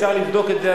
אפשר לבדוק את זה,